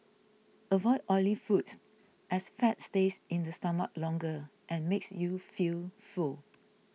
avoid oily foods as fat stays in the stomach longer and makes you feel full